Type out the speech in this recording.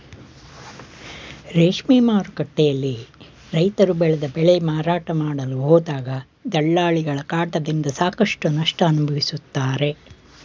ರೇಷ್ಮೆ ಮಾರುಕಟ್ಟೆಯಲ್ಲಿ ರೈತ್ರು ಬೆಳೆದ ಬೆಳೆ ಮಾರಾಟ ಮಾಡಲು ಹೋದಾಗ ದಲ್ಲಾಳಿಗಳ ಕಾಟದಿಂದ ಸಾಕಷ್ಟು ನಷ್ಟ ಅನುಭವಿಸುತ್ತಾರೆ